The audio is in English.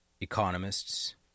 economists